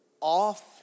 off